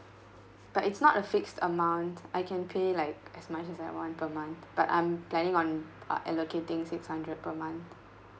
but it's not a fixed amount I can pay like as much as I want per month but I'm planning on uh allocating six hundred per month